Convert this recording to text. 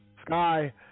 Sky